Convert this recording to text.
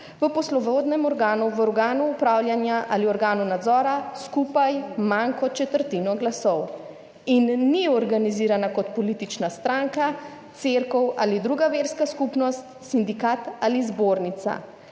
v poslovodnem organu, v organu upravljanja ali organu nadzora skupaj manj kot četrtino glasov in ni organizirana kot politična stranka, cerkev ali druga verska skupnost, sindikat ali zbornica,